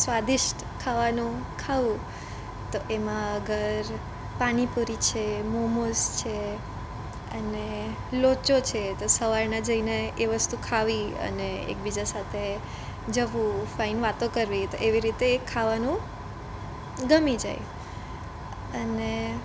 સ્વાદિષ્ટ ખાવાનું ખાઉં તો એમાં અગર પાણીપુરી છે મોમોઝ છે અને લોચો છે તો સવારના જઈને એ વસ્તુ ખાવી અને એકબીજા સાથે જવું અને વાતો કરવી તો એવી રીતે ખાવાનું ગમી જાય અને